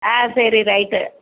ஆ சரி ரைட்டு